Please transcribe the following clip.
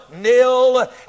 nil